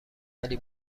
ولی